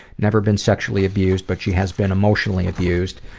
never been sexually abused but she has been emotionally abused,